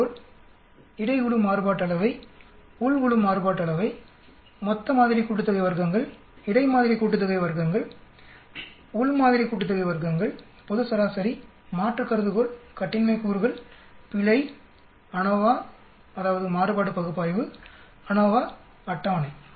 முக்கிய சொற்கள் மாறுபாட்டு அளவை இன்மை கருதுகோள் இடை குழு மாறுபாட்டு அளவை உள் குழு மாறுபாட்டு அளவை வர்க்கங்களின் மொத்த மாதிரி கூட்டுத்தொகை வர்க்கங்களின் இடை மாதிரி கூட்டுத்தொகை வர்க்கங்களின் உள் மாதிரி கூட்டுத்தொகை பொது சராசரி மாற்று கருதுகோள் கட்டின்மை கூறுகள் பிழை அநோவா மாறுபாடு பகுப்பாய்வு அநோவா அட்டவணை